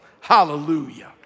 Hallelujah